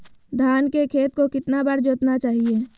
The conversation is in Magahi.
धान के खेत को कितना बार जोतना चाहिए?